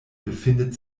befindet